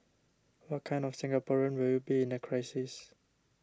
what kind of Singaporean will you be in a crisis